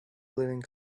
living